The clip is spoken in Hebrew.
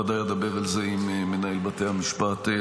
ובוודאי שאדבר על זה עם מנהל בתי המשפט.